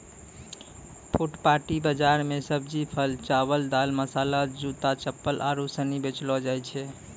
फुटपाटी बाजार मे सब्जी, फल, चावल, दाल, मसाला, जूता, चप्पल आरु सनी बेचलो जाय छै